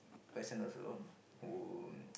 person also who